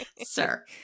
Sir